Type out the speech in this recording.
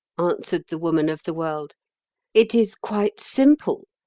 answered the woman of the world it is quite simple.